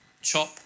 chop